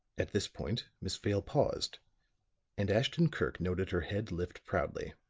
at this point miss vale paused and ashton-kirk noted her head lift proudly.